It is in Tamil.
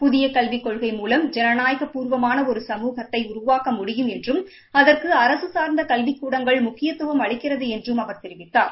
புதிய கல்விக் கொள்கை மூலம் ஜனநாயகப்பூர்வமான ஒரு சமூகத்தை உருவாக்க முடியும் என்றும் அதற்கு அரசு சார்ந்த கல்விக் கூடங்கள் முக்கியத்துவம் அளிக்கிறது என்றும் அவர் தெரிவித்தார்